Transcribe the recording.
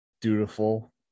dutiful